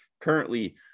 currently